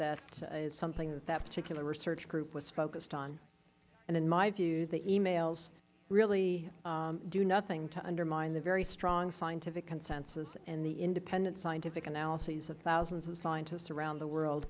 that is something that that particular research group was focused on and in my view the e mails really do nothing to undermine the very strong scientific consensus and the independent scientific analyses of thousands of scientists around the world